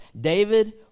David